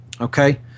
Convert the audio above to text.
Okay